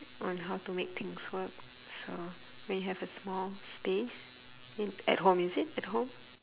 on how to make things work so when you have a small space in at home is it at home